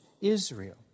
Israel